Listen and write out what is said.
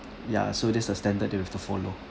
ya so this is the standard that we have to follow